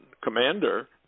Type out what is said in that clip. commander